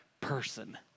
person